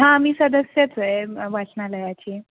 हां मी सदस्यच आहे वाचनालयाची